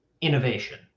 innovation